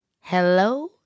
Hello